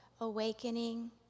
awakening